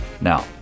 Now